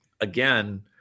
Again